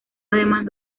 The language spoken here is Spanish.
además